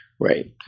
Right